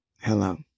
Hello